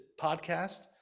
podcast